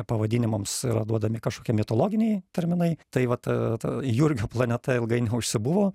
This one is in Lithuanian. pavadinimams yra duodami kažkokie mitologiniai terminai tai vat jurgio planeta ilgai neužsibuvo